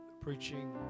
preaching